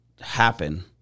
happen